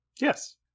Yes